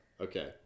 okay